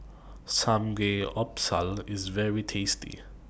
Samgeyopsal IS very tasty